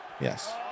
Yes